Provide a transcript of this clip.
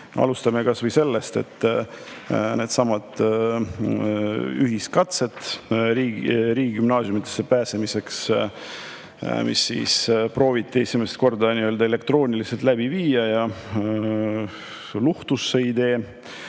Alustame kas või sellest, et needsamad ühiskatsed riigigümnaasiumidesse pääsemiseks, mida prooviti esimest korda elektrooniliselt läbi viia, läksid